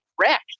wreck